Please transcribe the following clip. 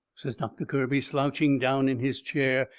says doctor kirby, slouching down in his chair,